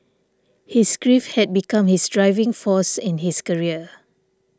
his grief had become his driving force in his career